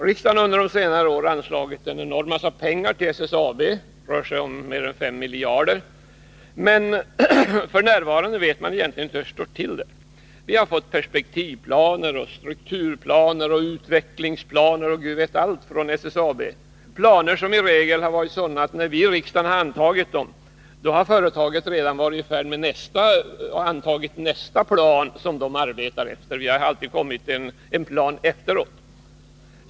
Riksdagen har under senare år anslagit enorma pengar till SSAB, mer än 5 miljarder, men f.n. vet man inte hur det står till där. Vi har fått perspektivplaner och strukturplaner och utvecklingsplaner och Gud vet allt från SSAB. Dessa planer är sådana att när riksdagen antagit dem har företaget redan börjat med nästa plan. Vi har alltid kommit en plan efteråt.